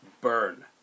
Burn